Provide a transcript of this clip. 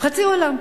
חצי עולם.